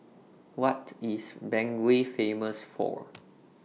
What IS Bangui Famous For